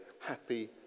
happy